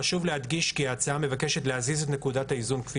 חשוב להדגיש כי ההצעה מבקשת להזיז את נקודת האיזון כפי